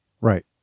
right